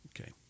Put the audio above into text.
Okay